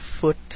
foot